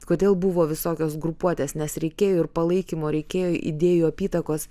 kodėl buvo visokios grupuotės nes reikėjo ir palaikymo reikėjo idėjų apytakos